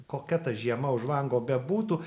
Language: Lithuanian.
kokia ta žiema už lango bebūtų